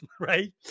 right